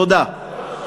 תודה.